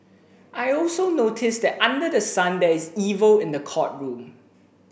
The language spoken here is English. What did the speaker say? I also noticed that under the sun there is evil in the courtroom